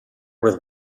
with